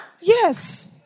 Yes